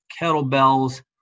kettlebells